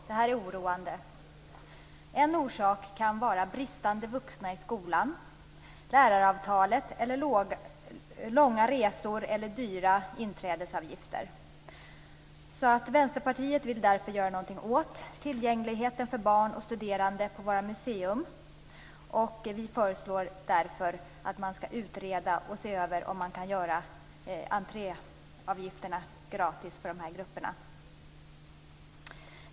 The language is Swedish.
Det är oroande. Orsaker kan vara brist på vuxna i skolan, läraravtalet, långa resor eller dyra inträdesavgifter. Vänsterpartiet vill därför göra något åt tillgängligheten för barn och studerande till våra museer. Vi föreslår därför att man skall utreda frågan och se om man kan införa gratis entréavgifter för dessa grupper.